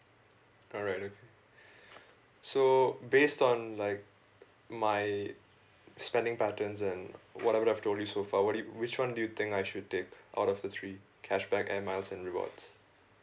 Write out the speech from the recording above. alright okay so based on like my spending patterns and whatever I've told you so far what do you which one do you think I should take out of the three cashback air miles and rewards